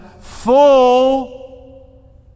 full